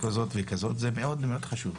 זה מאוד מאוד חשוב.